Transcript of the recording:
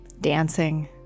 dancing